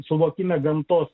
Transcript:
suvokime gamtos